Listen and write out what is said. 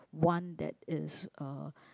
one that is uh